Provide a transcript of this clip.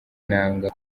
inanga